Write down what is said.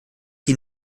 die